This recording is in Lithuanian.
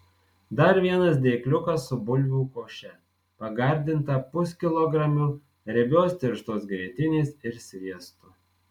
dar vienas dėkliukas su bulvių koše pagardinta puskilogramiu riebios tirštos grietinės ir sviestu